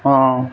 অঁ